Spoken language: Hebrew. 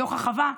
בתוך החווה,